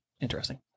interesting